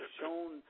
shown